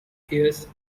hears